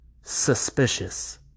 suspicious